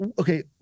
Okay